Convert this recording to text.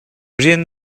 rian